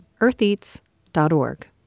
eartheats.org